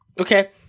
Okay